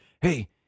Hey